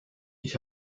ich